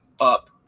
up